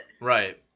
Right